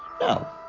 No